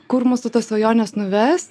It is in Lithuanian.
kur mūsų tos svajonės nuves